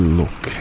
look